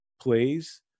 plays